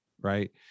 Right